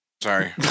sorry